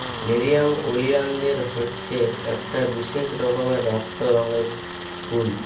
nerium oleander হচ্ছে একটা বিশেষ রকমের রক্ত রঙের ফুল